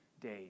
days